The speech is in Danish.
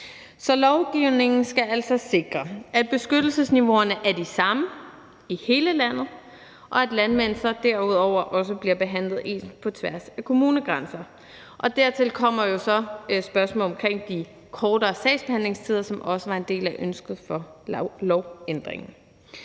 Så lovgivningen skal altså sikre, at beskyttelsesniveauerne er de samme i hele landet, og at landmænd så derudover også bliver behandlet ens på tværs af kommunegrænser. Dertil kommer jo så spørgsmålet omkring de kortere sagsbehandlingstider, som også var en del af ønsket bag lovændringen.